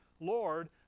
Lord